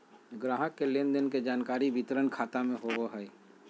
ग्राहक के लेन देन के जानकारी वितरण खाता में होबो हइ